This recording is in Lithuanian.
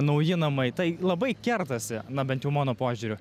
nauji namai tai labai kertasi na bent jau mano požiūriu